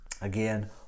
again